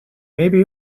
maybe